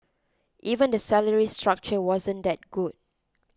even the salary structure wasn't that good